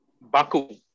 Baku